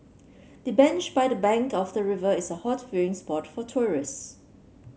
the bench by the bank of the river is a hot viewing spot for tourists